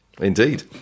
indeed